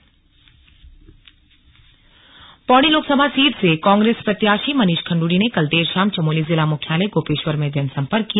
Manish Khanduri Gopeshwar Pauri Lok Sabha seat से कांग्रेस प्रत्याशी मनीष खंड्ड़ी ने कल देर शाम चमोली जिला मुख्यालय गोपेश्वर में जनसंपर्क किया